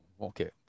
Okay